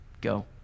go